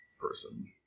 person